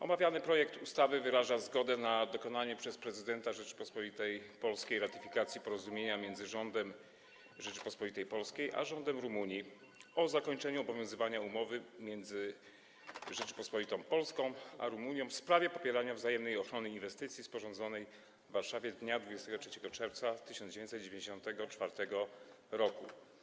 Omawiany projekt ustawy wyraża zgodę na dokonanie przez prezydenta Rzeczypospolitej Polskiej ratyfikacji Porozumienia między Rządem Rzeczypospolitej Polskiej a Rządem Rumunii o zakończeniu obowiązywania Umowy między Rzecząpospolitą Polską a Rumunią w sprawie popierania i wzajemnej ochrony inwestycji, sporządzonej w Warszawie dnia 23 czerwca 1994 r.